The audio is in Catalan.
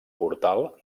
portal